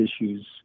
issues